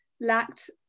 lacked